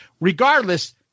Regardless